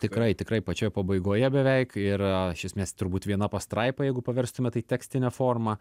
tikrai tikrai pačioj pabaigoje beveik ir iš esmės turbūt viena pastraipa jeigu paverstume tai tekstine forma